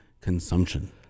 consumption